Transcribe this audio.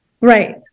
Right